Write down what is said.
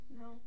No